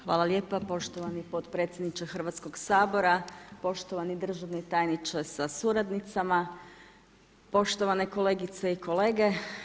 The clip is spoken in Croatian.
Hvala lijepa poštovani potpredsjedniče Hrvatskoga sabora, poštovani državni tajniče sa suradnicama, poštovane kolegice i kolege.